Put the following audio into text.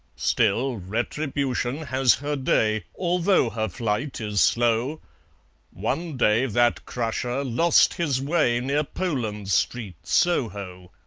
still, retribution has her day, although her flight is slow one day that crusher lost his way near poland street, soho.